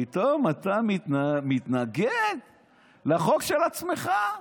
פתאום אתה מתנגד לחוק של עצמך.